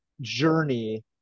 journey